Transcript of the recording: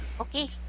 Okay